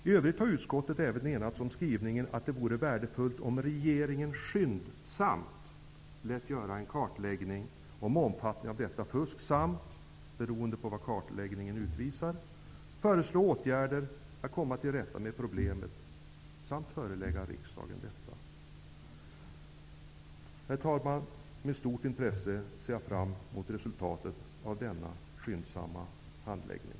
I övrigt har utskottet även enats om skrivningen att det vore värdefullt om regeringen skyndsamt lät göra en kartläggning av omfattningen av detta fusk samt, beroende på vad kartläggningen utvisar, föreslog åtgärder för att komma till rätta med problemet och förelade riksdagen förslag om detta. Herr talman! Med stort intresse ser jag fram emot resultatet av denna skyndsamma handläggning.